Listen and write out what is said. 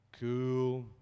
cool